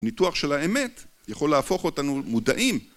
ניתוח של האמת יכול להפוך אותנו מודעים